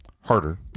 harder